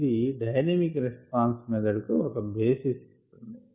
ఇది dynamic response method కు ఒక బేసిస్ ఇస్తుంది